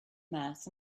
mass